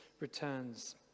returns